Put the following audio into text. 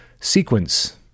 sequence